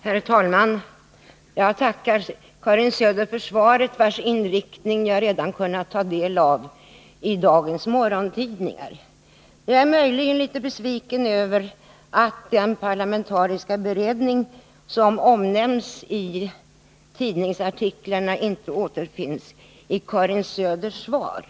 Herr talman! Jag tackar Karin Söder för svaret, vars inriktning jag kunnat ta del av redan i dagens morgontidningar. Jag är möjligen något besviken över att den parlamentariska beredning som omnämns i tidningsartiklarna inte återfinns i Karin Söders svar.